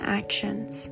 actions